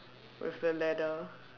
with the ladder